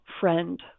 friend